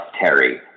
Terry